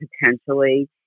potentially